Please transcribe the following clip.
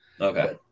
Okay